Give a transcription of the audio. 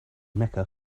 mecca